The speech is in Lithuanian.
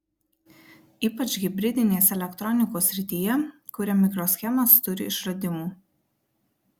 ypač hibridinės elektronikos srityje kuria mikroschemas turi išradimų